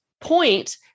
point